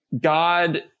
God